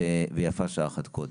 ויפה שעה אחת קודם.